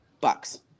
Bucks